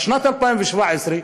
בשנת 2017,